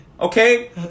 Okay